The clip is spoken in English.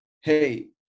hey